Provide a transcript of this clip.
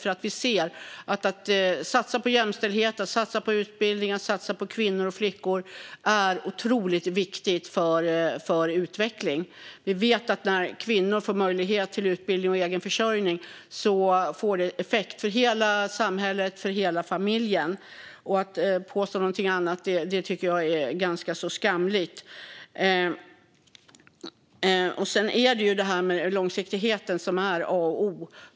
Vi ser nämligen att satsningar på jämställdhet, utbildning och kvinnor och flickor är otroligt viktiga för utveckling. Vi vet att när kvinnor får möjlighet till utbildning och egen försörjning får detta effekt för hela samhället och hela familjen. Att påstå något annat tycker jag är ganska skamligt. Långsiktighet är A och O.